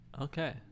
Okay